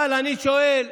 אבל אני שואל: